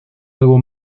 algo